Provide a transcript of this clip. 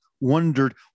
wondered